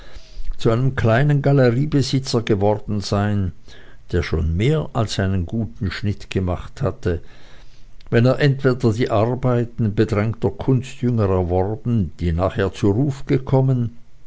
zu einem kleinen galeriebesitzer geworden sein der schon mehr als einen guten schnitt gemacht hatte wenn er entweder die arbeiten bedrängter kunstjünger erworben die nachher zu ruf gekommen